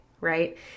right